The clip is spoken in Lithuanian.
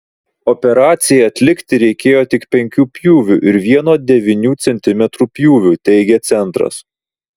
operacijai atlikti reikėjo tik penkių pjūvių ir vieno devynių centimetrų pjūvio teigia centras